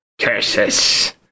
curses